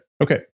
Okay